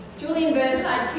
julian burnside